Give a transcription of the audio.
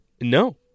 no